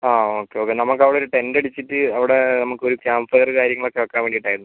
ആ okay okay നമുക്കവിടെ ഒരു ടെന്റ് അടിച്ചിട്ട് അവിടെ നമുക്കൊരു ക്യാമ്പ് ഫയർ കാര്യങ്ങളൊക്കെ ആക്കാൻ വേണ്ടിയിട്ടായിരുന്നു